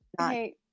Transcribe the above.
okay